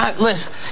listen